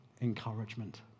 encouragement